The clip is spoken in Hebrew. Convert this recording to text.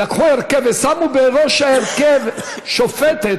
לקחו הרכב ושמו בראש ההרכב שופטת,